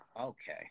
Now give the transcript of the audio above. okay